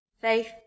faith